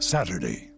Saturday